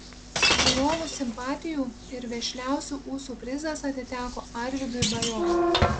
žiūrovų simpatijų ir vešliausių ūsų prizas atiteko arvydui bajorui